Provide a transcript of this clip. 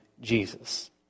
Jesus